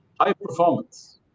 High-performance